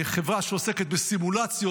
חברה שעוסקת בסימולציות.